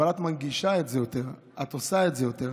אבל את מנגישה את זה יותר, את עושה את זה יותר,